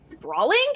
brawling